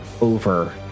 over